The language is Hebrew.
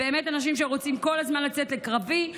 אלה באמת אנשים שרוצים כל הזמן לצאת לקרבי,